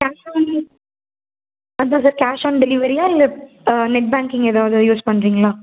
cash on delivery அதுதான் சார் cash on டெலிவரியா இல்லை நெட் பேங்க்கிங் ஏதாவது யூஸ் பண்ணுறீங்களா